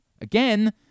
again